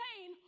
pain